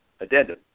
addendum